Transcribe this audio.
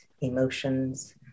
emotions